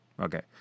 Okay